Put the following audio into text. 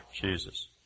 Jesus